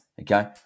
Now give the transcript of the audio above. Okay